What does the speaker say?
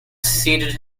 seated